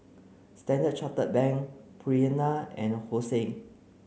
Standard Chartered Bank Purina and Hosen